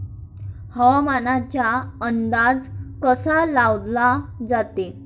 हवामानाचा अंदाज कसा लावला जाते?